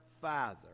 Father